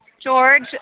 George